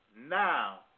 Now